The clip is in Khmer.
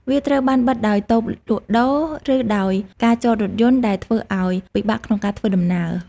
វាត្រូវបានបិទដោយតូបលក់ដូរ ឬដោយការចតរថយន្ត ដែលធ្វើឱ្យពិបាកក្នុងការធ្វើដំណើរ។